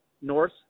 North –